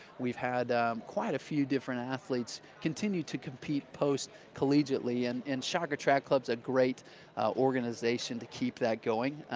we've had quite a few different athletes continue to compete post-collegiately. and and shocker track club is a great organization to keep that going.